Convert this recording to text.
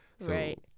Right